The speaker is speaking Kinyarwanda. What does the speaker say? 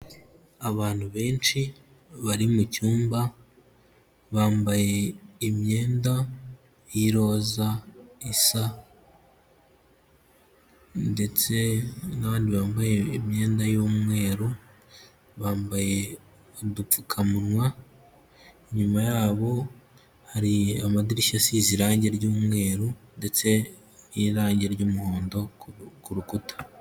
Abantu benshi bari mu cyumba bambaye imyenda y'iroza isa, ndetse n'abandi bambaye imyenda y'umweru, bambaye udupfukamunwa, inyuma yabo hari amadirishya asize irangi ry'umweru ndetse n'irangi ry'umuhondo ku rukuta.